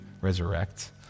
resurrect